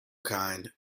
kind